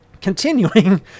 Continuing